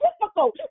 difficult